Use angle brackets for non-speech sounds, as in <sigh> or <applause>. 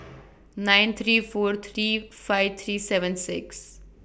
<noise> nine three four three five three seven six